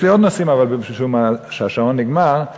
יש לי עוד נושאים, אבל משום שהזמן נגמר,